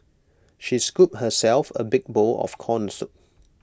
she scooped herself A big bowl of Corn Soup